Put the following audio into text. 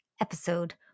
episode